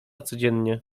codziennie